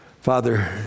Father